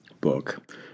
book